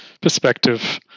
perspective